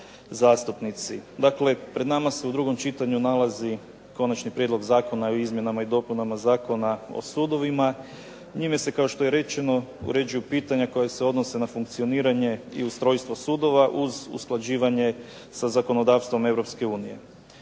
Dakle, pred nama se u drugom čitanju nalazi Konačni prijedlog zakona o izmjenama i dopunama Zakona o sudovima. Njime se, kao što je rečeno uređuju pitanja koja se odnose na funkcioniranje i ustrojstvo sudova uz usklađivanje sa zakonodavstvom